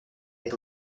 est